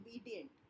obedient